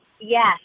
yes